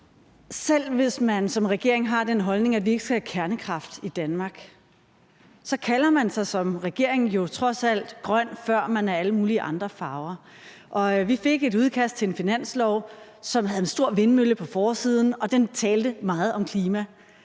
Selv hvis man som regering har den holdning, at vi ikke skal have kernekraft i Danmark, så kalder man sig jo som regering trods alt grøn, før man er alle mulige andre farver. Vi fik et udkast til et finanslovsforslag, som havde en stor vindmølle på forsiden, og i det talte man meget om klima.